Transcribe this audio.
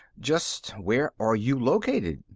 just where are you located?